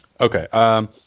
Okay